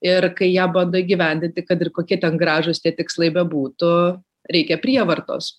ir kai ją bando įgyvendinti kad ir kokie ten gražūs tie tikslai bebūtų reikia prievartos